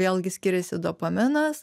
vėlgi skiriasi dopaminas